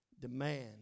demand